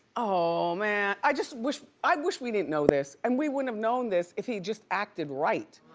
oh man. i just wish, i wish we didn't know this. and we wouldn't have known this if he'd just acted right.